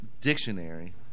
Dictionary